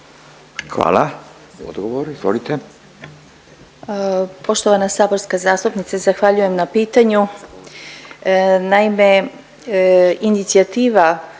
Hvala. Odgovor, izvolite.